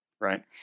right